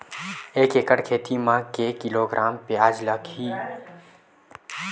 एक एकड़ खेती म के किलोग्राम प्याज लग ही?